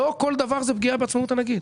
לא כל דבר זה פגיעה בעצמאות הנגיד.